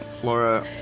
Flora